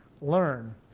learn